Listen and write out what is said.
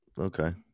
Okay